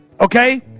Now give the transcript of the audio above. Okay